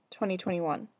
2021